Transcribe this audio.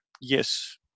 yes